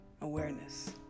awareness